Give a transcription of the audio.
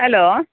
hello